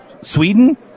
Sweden